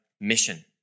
mission